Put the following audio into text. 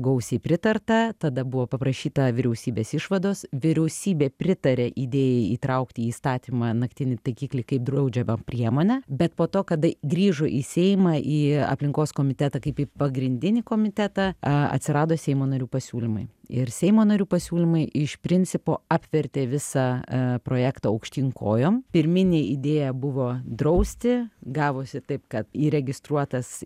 gausiai pritarta tada buvo paprašyta vyriausybės išvados vyriausybė pritarė idėjai įtraukti į įstatymą naktinį taikiklį kaip draudžiamą priemonę bet po to kada grįžo į seimą į aplinkos komitetą kaip į pagrindinį komitetą atsirado seimo narių pasiūlymai ir seimo narių pasiūlymai iš principo apvertė visą projektą aukštyn kojom pirminė idėja buvo drausti gavosi taip kad įregistruotas